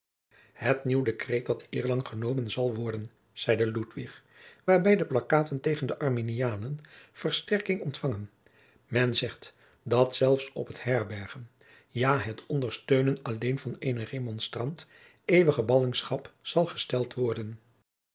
het nieuw decreet dat eerlang genomen zal worden zeide ludwig waarbij de plakkaten jacob van lennep de pleegzoon tegen de arminianen versterking ontfangen men zegt dat zelfs op het herbergen ja op het ondersteunen alleen van eenen remonstrant eeuwige ballingschap zal gesteld worden